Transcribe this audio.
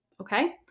okay